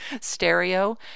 stereo